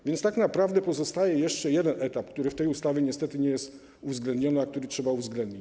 A więc tak naprawdę pozostaje jeszcze jeden etap, który w tej ustawie niestety nie jest uwzględniony, a który trzeba uwzględnić.